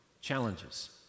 challenges